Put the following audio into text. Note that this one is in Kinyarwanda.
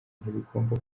ntibigomba